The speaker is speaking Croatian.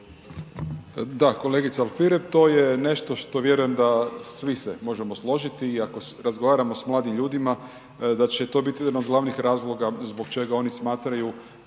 Da, kolegica Alfirev, to je nešto što vjerujem da svi se možemo složiti iako razgovaramo s mladim ljudima da će to biti jedan od glavnih razloga zbog čega oni smatraju